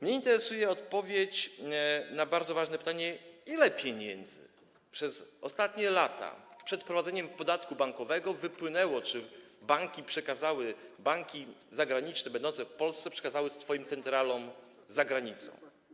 Mnie interesuje odpowiedź na bardzo ważne pytanie: Ile pieniędzy przez ostatnie lata, przed wprowadzeniem podatku bankowego, wypłynęło czy ile banki zagraniczne będące w Polsce przekazały swoim centralom za granicą?